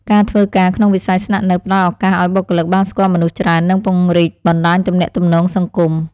ការធ្វើការក្នុងវិស័យស្នាក់នៅផ្តល់ឱកាសឱ្យបុគ្គលិកបានស្គាល់មនុស្សច្រើន និងពង្រីកបណ្តាញទំនាក់ទំនងសង្គម។